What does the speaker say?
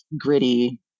gritty